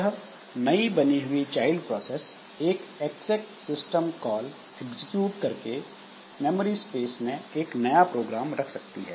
यह नई बनी हुई चाइल्ड प्रोसेस एक एक्सेक सिस्टम कॉल एग्जीक्यूट करके मेमोरी स्पेस में एक नया प्रोग्राम रख सकती है